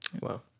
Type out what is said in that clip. Wow